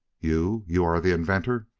you you are the inventor?